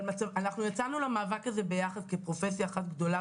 אבל אנחנו יצאנו למאבק הזה ביחד כפרופסיה אחת גדולה